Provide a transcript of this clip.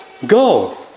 Go